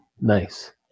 Nice